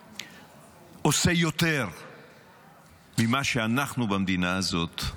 עושה יותר ממה שאנחנו עושים במדינה הזאת.